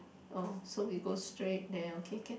oh so we go straight then okay can